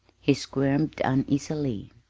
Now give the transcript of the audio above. he squirmed uneasily.